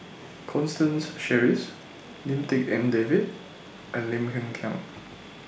Constance Sheares Lim Tik En David and Lim Hng Kiang